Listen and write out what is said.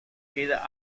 queda